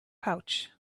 pouch